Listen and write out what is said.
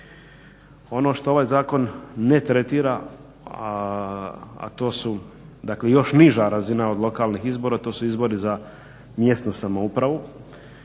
Ono što ovaj zakon ne tretira, a to su dakle još niža razina od lokalnih izbora, a to su izbori za mjesnu samoupravu